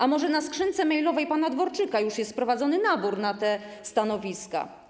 A może na skrzynce mailowej pana Dworczyka już jest prowadzony nabór na te stanowiska?